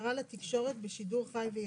""הצהרה לתקשורת בשידור חי וישיר"